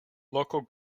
local